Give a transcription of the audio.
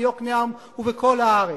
וביוקנעם ובכל הארץ.